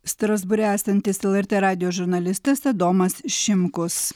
strasbūre esantis lrt radijo žurnalistas adomas šimkus